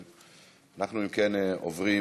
אם כן, עוברים